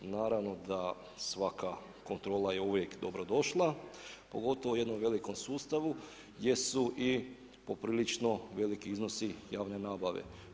Naravno da svaka kontrola je uvijek dobrodošla, pogotovo u jednom velikom sustavu gdje su i poprilično veliki iznosi javne nabave.